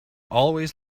always